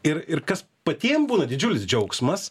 ir ir kas patiem būna didžiulis džiaugsmas